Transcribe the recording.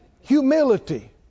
humility